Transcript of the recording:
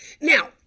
Now